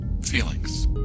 feelings